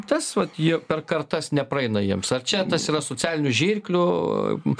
tas vat jie per kartas nepraeina jiems ar čia tas yra socialinių žirklių